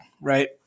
right